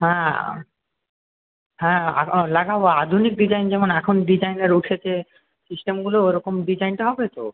হ্যাঁ হ্যাঁ আধুনিক ডিজাইন যেমন এখন ডিজাইনার উঠেছে সিস্টেমগুলো ওরকম ডিজাইনটা হবে তো